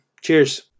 Cheers